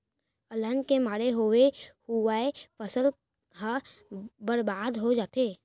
अलहन के मारे होवे हुवाए फसल ह बरबाद हो जाथे